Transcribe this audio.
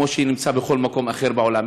כמו שנמצא בכל מקום אחר בעולם.